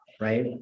Right